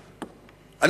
לחיוב.